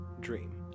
dream